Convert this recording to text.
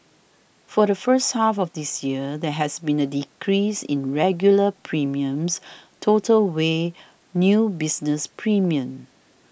for the first half of this year there has been a decrease in regular premiums total weighed new business premiums